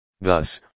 Thus